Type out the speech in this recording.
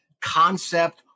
concept